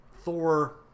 thor